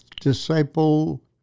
disciple